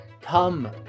come